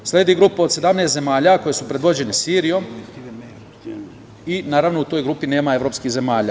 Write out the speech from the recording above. Sledi grupa od 17 zemalja koje su predvođene Sirijom i u toj grupi nema evropskih zemalja.